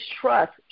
trust